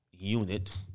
unit